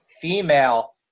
female